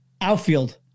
Outfield